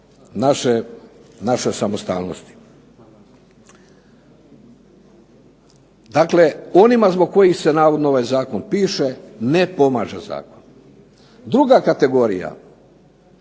naše samostalnosti. Dakle, onima zbog kojih se navodno ovaj zakon piše ne pomaže zakon. Druga kategorija